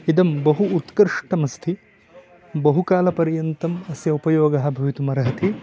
इदं बहु उत्कृष्टमस्ति बहुकालपर्यन्तम् अस्य उपयोगः भवितुम् अर्हति